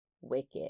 wicked